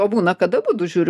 o būna kad abudu žiūri